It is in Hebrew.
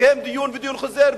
התקיים דיון ודיון חוזר,